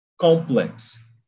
complex